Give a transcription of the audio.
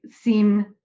seem